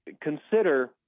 consider